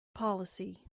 policy